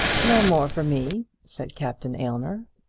no more for me, said captain aylmer.